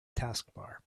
taskbar